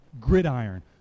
gridiron